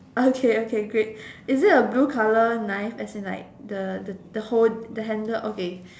okay okay great is it a blue colour knife as in the the hold the handle okay